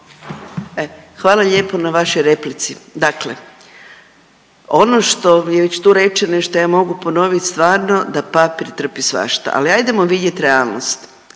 hvala lijepo na vašoj replici. Dakle ono što je već tu rečeno i šta ja mogu ponoviti, stvarno da papir trpi svašta, ali ajdemo vidjeti realnost.